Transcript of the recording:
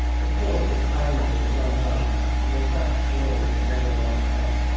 the cord which bound me was undone and the sack drawn from over my head.